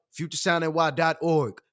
futuresoundny.org